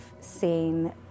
seen